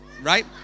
right